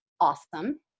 awesome